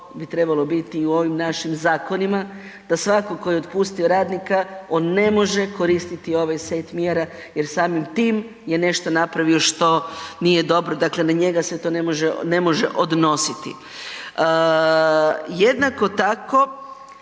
to trebalo biti i u ovim našim zakonima, da svatko tko je otpustio radnika on ne može koristiti ovaj set mjera jer samim tim je nešto napravio što nije dobro. Dakle, na njega se to ne može odnositi. Jednako tako